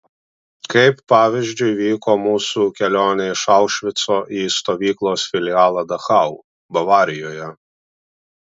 kaip pavyzdžiui vyko mūsų kelionė iš aušvico į stovyklos filialą dachau bavarijoje